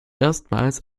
erstmals